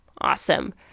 Awesome